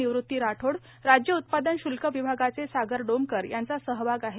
निवृत्ती राठोइ राज्य उत्पादन शुल्क विभागाचे सागर डोमकर यांचा सहभाग आहे